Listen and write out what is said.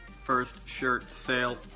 first shirt sale,